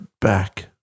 back